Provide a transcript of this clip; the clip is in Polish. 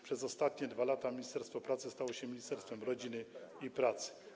Przez ostatnie 2 lata ministerstwo pracy stało się ministerstwem rodziny i pracy.